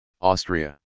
Austria